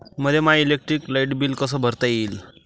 मले my electric light bill कस भरता येईल?